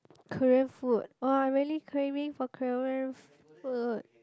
Korean food !wah! I really craving for Korean food